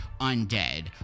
undead